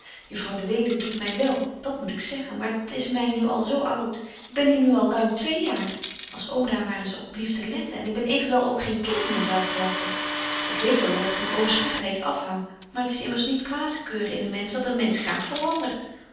juffrouw de weduwe doet my wél dat moet ik zeggen maar t is myn nu al zo oud ik ben hier nu al ruim twee jaar als oom daar maar eens op blieft te letten en ik ben evenwel ook geen kind meer zou ik hopen ik weet wel dat ik van ooms goedheid afhang maar t is immers niet kwaad te keuren in een mensch dat een mensch graag verandert